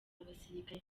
abasirikare